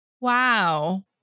Wow